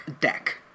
deck